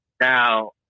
Now